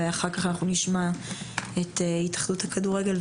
ואחר כך נשמע את התאחדות הכדורגל,